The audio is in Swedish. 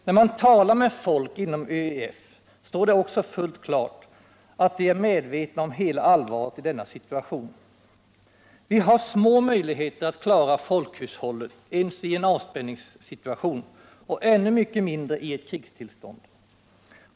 När man talar med folk inom ÖEF, står det också fullt klart att de är medvetna om hela allvaret i denna situation. Vi har små möjligheter att klara folkhushållet ens i en avspänningssituation och ännu mycket mindre i ett krigstillstånd.